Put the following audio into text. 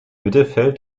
mittelfeld